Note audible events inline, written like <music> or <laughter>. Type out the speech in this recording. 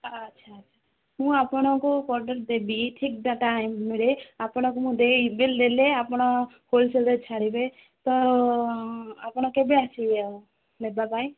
ଆଚ୍ଛା ଆଚ୍ଛା ମୁଁ ଆପଣଙ୍କୁ <unintelligible> ଦେବି ଠିକ୍ <unintelligible> ରେ ଆପଣଙ୍କୁ ମୁଁ ଦେଇ ଦେଲେ ଆପଣ ହୋଲ୍ସେଲ୍ ଛାଡ଼ିବେ ତ ଆପଣ କେବେ ଆସିବେ ଆଉ ନେବା ପାଇଁ